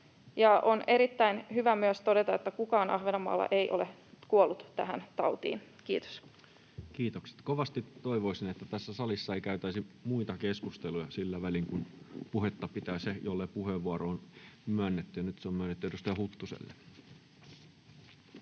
esittää puheenvuorosta suomenkielisen yhteenvedon] Tolkning. Kiitokset kovasti. — Toivoisin, että tässä salissa ei käytäisi muita keskusteluja sillä välin, kun puhetta pitää se, jolle puheenvuoro on myönnetty, ja nyt se on myönnetty edustaja Huttuselle.